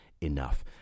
Enough